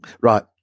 Right